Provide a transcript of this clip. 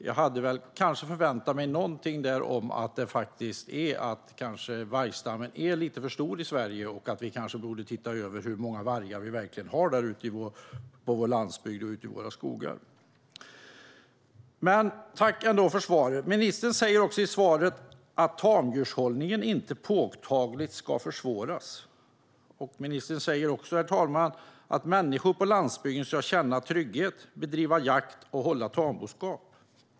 Jag hade kanske förväntat mig något om att vargstammen faktiskt är lite för stor i Sverige och att vi borde se över hur många vargar som verkligen finns på vår landsbygd och i våra skogar. Men tack ändå för svaret! Ministern säger i svaret att tamdjurshållningen inte påtagligt ska försvåras. Ministern säger också att människor på landsbygden ska känna trygghet, bedriva jakt och hålla tamboskap.